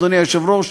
אדוני היושב-ראש,